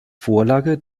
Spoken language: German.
vorlage